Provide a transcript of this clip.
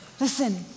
Listen